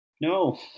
no